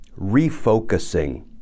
refocusing